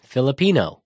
Filipino